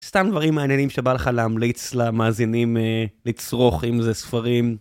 סתם דברים מעניינים שבא לך להמליץ למאזינים לצרוך. אם זה ספרים...